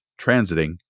Transiting